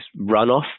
runoff